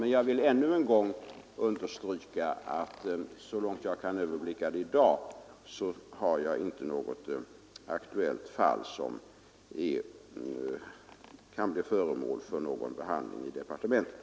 Men jag vill ännu en gång understryka att så långt jag kan överblicka läget i dag har jag inte något aktuellt fall som kan bli föremål för behandling i departementet.